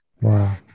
Wow